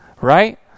right